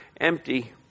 empty